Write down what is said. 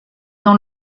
dans